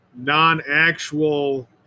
non-actual